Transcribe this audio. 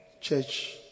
church